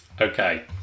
Okay